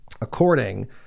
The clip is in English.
according